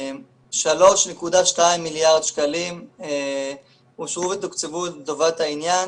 3.2 מיליארד שקלים אושרו ותוקצבו לטובת העניין.